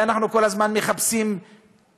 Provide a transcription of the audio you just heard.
ואנחנו כל הזמן מחפשים להתגרות.